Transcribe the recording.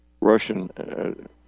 Russian